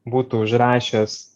būtų užrašęs